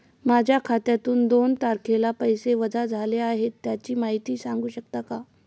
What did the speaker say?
माझ्या खात्यातून दोन तारखेला पैसे वजा झाले आहेत त्याची माहिती सांगू शकता का?